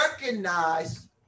Recognize